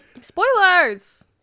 Spoilers